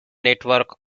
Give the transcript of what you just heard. network